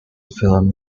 film